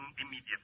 immediately